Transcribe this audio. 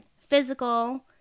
physical